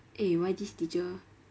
eh why this teacher